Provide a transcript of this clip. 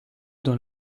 dans